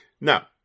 Now